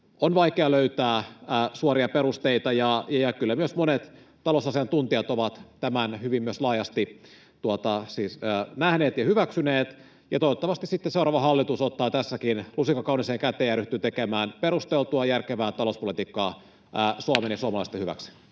on vaikeaa löytää suoria perusteita, ja kyllä myös monet talousasiantuntijat ovat tämän myös hyvin laajasti nähneet ja hyväksyneet. Toivottavasti sitten seuraava hallitus ottaa tässäkin lusikan kauniiseen käteen ja ryhtyy tekemään perusteltua, järkevää talouspolitiikkaa Suomen ja suomalaisten hyväksi.